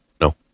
No